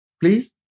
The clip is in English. please